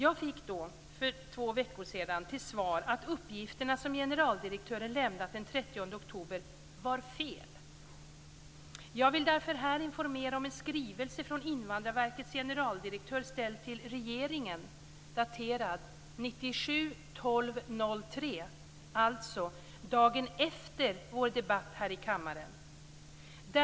Jag fick då, för två veckor sedan, till svar att uppgifterna som generaldirektören lämnat den Jag vill därför här informera om en skrivelse från Invandrarverkets generaldirektör ställd till regeringen daterad den 3 december 1997, dvs. dagen efter vår debatt här i kammaren.